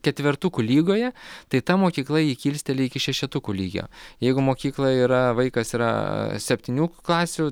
ketvertukų lygoje tai ta mokykla jį kilsteli iki šešetukų lygio jeigu mokykloje yra vaikas yra septynių klasių